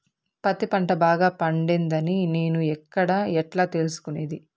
పత్తి పంట బాగా పండిందని నేను ఎక్కడ, ఎట్లా తెలుసుకునేది?